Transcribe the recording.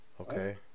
Okay